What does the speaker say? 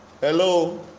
Hello